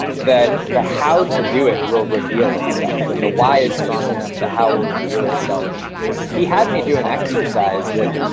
that the how to do it will reveal itself. when the why is strong enough, the how will reveal itself. and he had me do an exercise that,